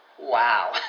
Wow